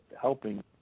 helping